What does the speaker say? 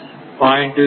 25 0